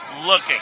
Looking